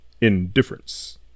Indifference